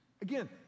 Again